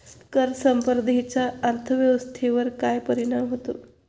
कर स्पर्धेचा अर्थव्यवस्थेवर काय परिणाम होतो?